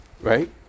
right